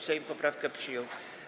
Sejm poprawkę przyjął.